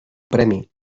premi